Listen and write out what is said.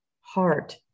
heart